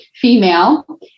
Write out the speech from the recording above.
female